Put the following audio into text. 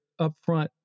upfront